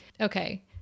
okay